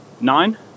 Nine